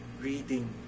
reading